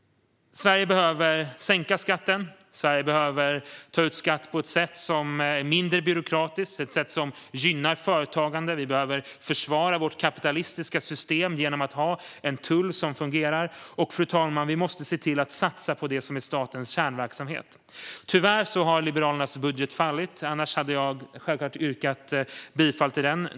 Sverige behöver sänka skatten. Sverige behöver ta ut skatt på ett sätt som är mindre byråkratiskt och gynnar företagande. Vi behöver försvara vårt kapitalistiska system genom att ha en tull som fungerar, och vi måste se till att satsa på det som är statens kärnverksamhet, fru talman. Tyvärr har Liberalernas budget fallit, annars hade jag självklart yrkat bifall till den.